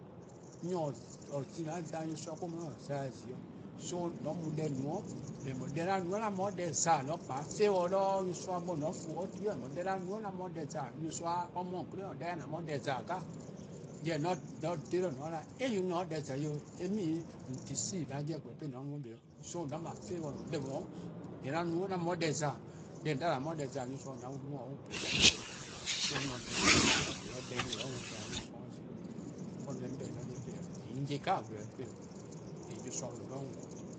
Nyor :or zi-a zabe nyorsoa or-: mu or zabe zi-', :yee' :an mu deh no-', :eh :mor deh 'an no-a 'an mu 'o deh :za, :mor :on kpa favor 'de nyorsoa bo, :mor :on :fuo: or ti :eh :mor deh 'an no-a 'an mu 'o deh :za, :yee' nyorsoa-a mu 'o :on 'kle 'i :ne, deh :dao' :an mu 'o deh :za 'jeh-ka, jorwor: :mor :on :dhe-dih 'de :on 'ye-a 'o 'on :se 'de deh zai 'o :yee' eh meanini :on deceive on 'jeh 'weh 'de :an mu 'de kpa-', jorwor: :on 'ble favor :eh :mor deh :daa 'an nu-a 'an mu 'o deh :za, deh :on 'da :an mu 'o deh :za, nyorsoa-a' mu an wlu worn or mu-uh bless se-eh ken po. So 'on se deh 'ye :eh 'ye-a worn :kma :eh 'ye-a 'o nyorsoa' :zi. Deh 'on 'beh-dih: 'on 'ye-a 'ye eh-: 'o, deh 'on 'ye-a deh 'jeh gwlor-nyor deh eh-: 'o, :eh nyorsoa no 'do 'on bo.